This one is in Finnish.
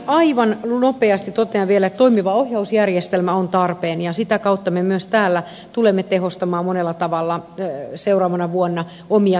aivan nopeasti totean vielä että toimiva ohjausjärjestelmä on tarpeen ja sitä kautta me myös täällä tulemme tehostamaan monella tavalla seuraavana vuonna omia toimiamme